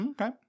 okay